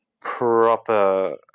proper